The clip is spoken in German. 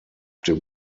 dem